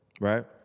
right